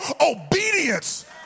obedience